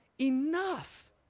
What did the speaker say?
enough